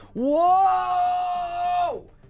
Whoa